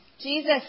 Jesus